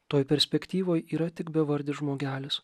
toj perspektyvoj yra tik bevardis žmogelis